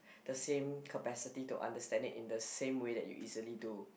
the same capacity to understand it in the same way that you easily do